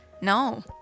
no